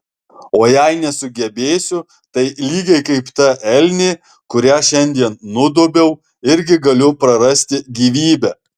o jei nesugebėsiu tai lygiai kaip ta elnė kurią šiandien nudobiau irgi galiu prarasti gyvybę